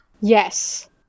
Yes